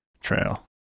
trail